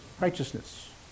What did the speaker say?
righteousness